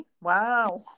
Wow